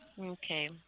Okay